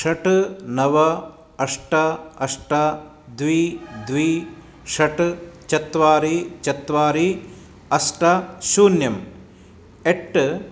षट् नव अष्ट अष्ट द्वे द्वे षट् चत्वारि चत्वारि अष्ट शून्यम् एट्